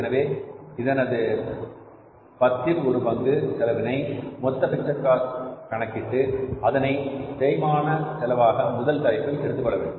எனவே இதனது பத்தில் ஒரு பங்கு செலவினை மொத்த பிக்ஸட் காஸ்ட் கணக்கீட்டு அதனை தேய்மான செலவாக முதல் தலைப்பில் எடுத்துக்கொள்ள வேண்டும்